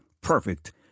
perfect